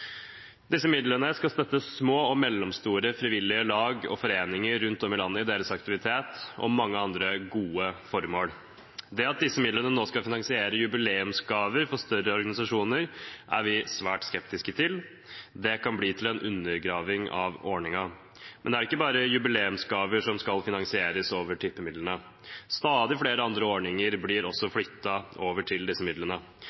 Disse midlene skal støtte små og mellomstore frivillige lag og foreninger rundt om i landet i deres aktivitet, og mange andre gode formål. Det at disse midlene nå skal finansiere jubileumsgaver for større organisasjoner, er vi svært skeptiske til. Det kan bli til en undergraving av ordningen. Men det er ikke bare jubileumsgaver som skal finansieres over tippemidlene. Stadig flere andre ordninger blir også flyttet over til disse midlene.